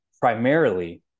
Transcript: Primarily